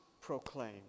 proclaim